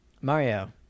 Mario